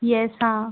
yes हाँ